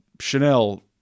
Chanel